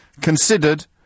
considered